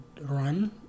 run